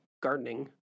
gardening